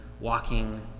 walking